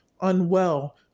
unwell